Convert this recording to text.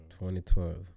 2012